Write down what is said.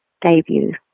debut